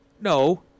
No